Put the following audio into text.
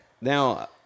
Now